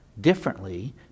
differently